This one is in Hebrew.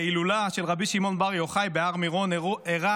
בהילולה של רבי שמעון בר יוחאי בהר מירון אירע